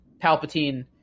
Palpatine